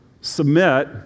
Submit